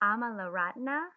Amalaratna